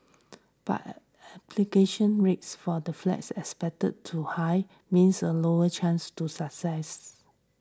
but application rates for these flats are expected to high means a lower chance to success